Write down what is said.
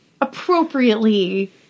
appropriately